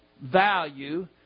value